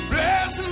Bless